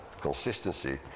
consistency